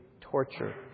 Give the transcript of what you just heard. torture